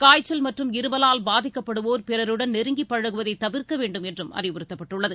காய்ச்சல் மற்றும் இருமலால் பாதிக்கப்படுவோர் பிறருடன் நெருங்கி பழகுவதை தவிர்க்க வேண்டுமென்றும் அறிவுறுத்தப்பட்டுள்ளது